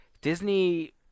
Disney